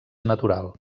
natural